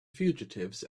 fugitives